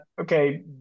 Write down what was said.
okay